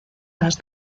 las